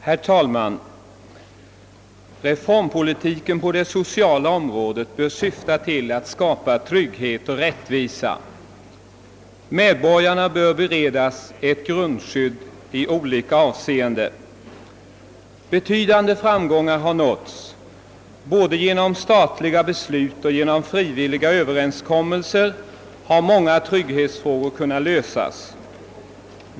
Herr talman! Reformpolitiken på det sociala området bör syfta till att skapa trygghet och rättvisa. Medborgarna bör beredas ett grundskydd i olika avseenden. Betydande framgångar har också nåtts, och både genom statliga beslut och frivilliga överenskommelser har många trygghetsfrågor kunnat lösas.